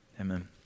amen